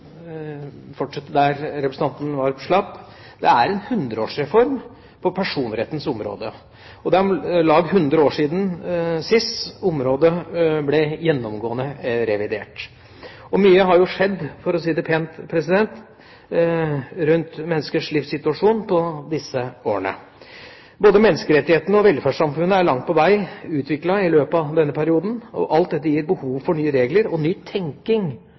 fortsette der representanten Werp slapp, en 100-årsreform på personrettens område. Det er om lag 100 år siden sist området ble gjennomgående revidert. Mye har skjedd, for å si det pent, rundt menneskers livssituasjon på disse årene. Både menneskerettighetene og velferdssamfunnet er langt på vei utviklet i løpet av denne perioden. Alt dette gir behov for nye regler og ny tenking